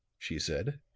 she said.